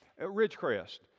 Ridgecrest